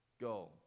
go